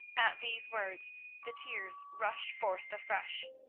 at these words the tears rushed forth afresh.